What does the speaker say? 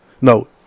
No